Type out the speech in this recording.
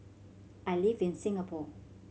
I live in Singapore